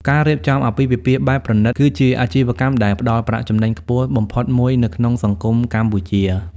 ការរៀបចំអាពាហ៍ពិពាហ៍បែបប្រណីត គឺជាអាជីវកម្មដែលផ្តល់ប្រាក់ចំណេញខ្ពស់បំផុតមួយនៅក្នុងសង្គមកម្ពុជា។